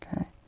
okay